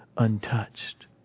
untouched